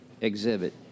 exhibit